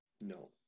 No